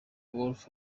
walk